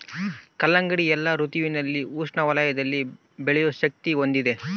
ಕಲ್ಲಂಗಡಿ ಎಲ್ಲಾ ಋತುವಿನಲ್ಲಿ ಉಷ್ಣ ವಲಯದಲ್ಲಿ ಬೆಳೆಯೋ ಶಕ್ತಿ ಹೊಂದಿದೆ